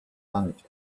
planet